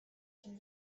can